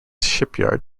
shipyard